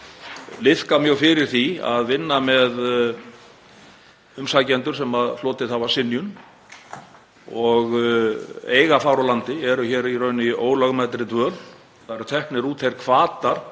liðka mjög fyrir því að vinna með umsækjendur sem hlotið hafa synjun og eiga að fara úr landi, eru hér í raun í ólögmætri dvöl. Það eru teknir út þeir hvatar